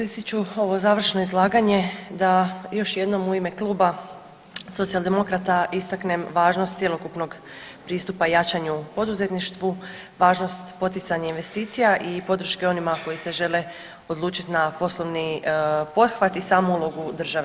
Iskoristit ću ovo završno izlaganje da još jednom u ime Kluba Socijaldemokrata istaknem važnost cjelokupnog pristupa jačanja u poduzetništvu, važnost poticanja investicija i podrške onima koji se žele odlučiti na poslovni pothvat i samu ulogu države.